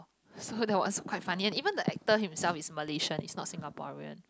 so that was quite funny even the actor himself is Malaysian is not Singaporean